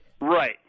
Right